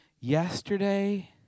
yesterday